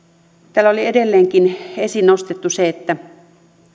täällä oli edelleenkin esiin nostettu se että